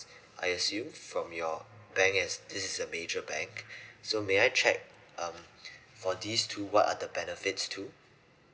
I assume from your bank as this is a major bank so may I check um for these two what are the benefits too